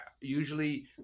usually